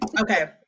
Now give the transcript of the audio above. Okay